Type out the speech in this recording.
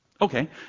Okay